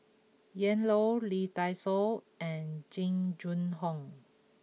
Ian Loy Lee Dai Soh and Jing Jun Hong